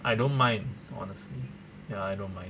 I don't mind honestly ya I don't mind